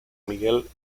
miguel